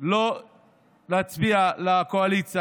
לא להצביע בקואליציה,